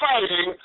fighting